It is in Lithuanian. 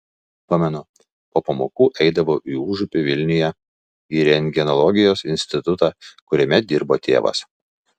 pamenu po pamokų eidavau į užupį vilniuje į rentgenologijos institutą kuriame dirbo tėvas